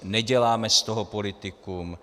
Neděláme z toho politiku.